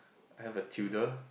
I have a tutor